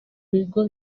bigo